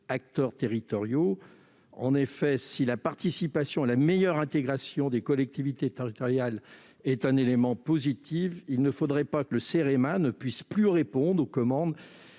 acteurs territoriaux. En effet, si la participation et la meilleure intégration des collectivités territoriales sont des éléments positifs, il ne faudrait pas que le Cerema ne puisse plus répondre aux commandes